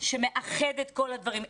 שמאחד את כל הדברים,